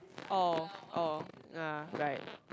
oh oh ya right